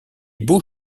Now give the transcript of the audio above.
beaux